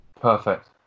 Perfect